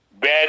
bad